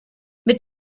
mit